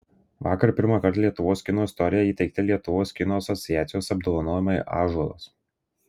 vakar pirmąkart lietuvos kino istorijoje įteikti lietuvos kino asociacijos apdovanojimai ąžuolas